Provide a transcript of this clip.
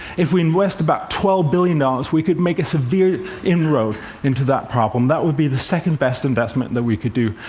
if we invest about twelve billion dollars, we could make a severe inroad into that problem. that would be the second best investment that we could do.